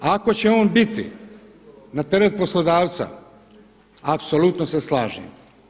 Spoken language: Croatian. Ako će on biti na teret poslodavca, apsolutno se slažem.